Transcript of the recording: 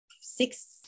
six